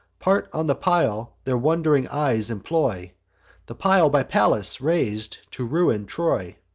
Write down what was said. part on the pile their wond'ring eyes employ the pile by pallas rais'd to ruin troy.